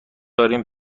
داریم